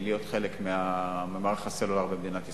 להיות חלק ממערך הסלולר במדינת ישראל.